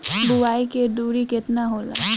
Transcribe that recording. बुआई के दुरी केतना होला?